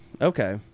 Okay